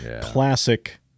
classic